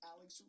Alex